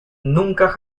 nunca